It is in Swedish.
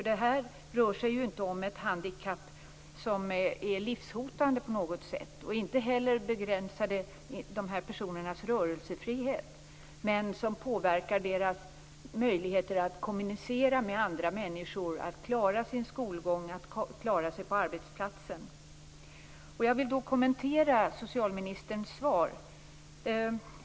Detta rör sig ju inte om ett handikapp som på något sätt är livshotande, och det begränsar inte heller dessa personers rörelsefrihet, men det påverkar deras möjligheter att kommunicera med andra människor, att klara sin skolgång och att klara sig på arbetsplatsen. Jag vill kommentera socialministerns svar.